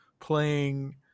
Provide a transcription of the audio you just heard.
playing